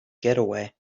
getaway